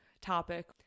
topic